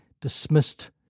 dismissed